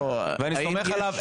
ואני סומך עליו.